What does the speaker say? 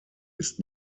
ist